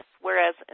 whereas